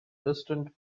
distant